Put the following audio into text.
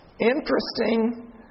interesting